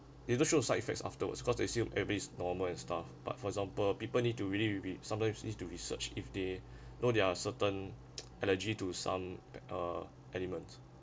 they just show side effects afterwards because they assume everything is normal and stuff but for example people need to really really sometimes you need to research if they know there are certain allergy to some uh elements